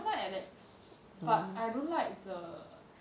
I don't mind alex but I don't like the